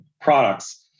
products